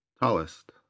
Tallest